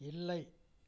இல்லை